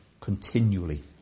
continually